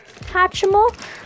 Hatchimal